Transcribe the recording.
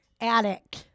attic